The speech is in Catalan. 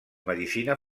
medicina